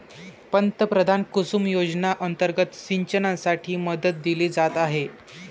पंतप्रधान कुसुम योजना अंतर्गत सिंचनासाठी मदत दिली जात आहे